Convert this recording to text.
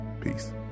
peace